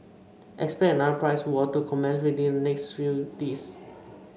expect another price war to commence within the next few days